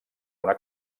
una